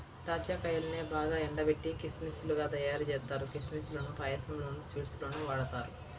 దాచ్చా కాయల్నే బాగా ఎండబెట్టి కిస్మిస్ లుగా తయ్యారుజేత్తారు, కిస్మిస్ లను పాయసంలోనూ, స్వీట్స్ లోనూ వాడతారు